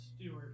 Stewart